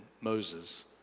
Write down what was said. Moses